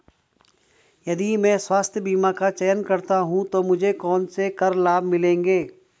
यदि मैं स्वास्थ्य बीमा का चयन करता हूँ तो मुझे कौन से कर लाभ मिलेंगे?